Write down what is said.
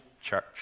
church